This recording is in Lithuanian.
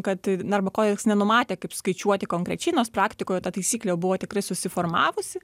kad darbo kodeksas nenumatė kaip skaičiuoti konkrečiai nors praktikoje ta taisyklė jau buvo tikrai susiformavusi